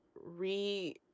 re